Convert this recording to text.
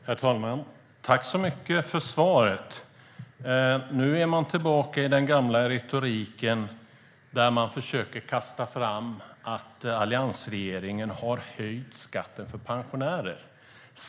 Herr talman! Tack så mycket för svaret, Magdalena Andersson! Nu är man tillbaka i den gamla retoriken där man försöker kasta fram att alliansregeringen har höjt skatten för pensionärer.